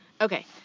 Okay